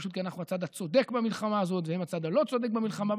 פשוט כי אנחנו הצד הצודק במלחמה הזאת והם הצד הלא-צודק במלחמה.